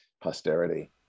posterity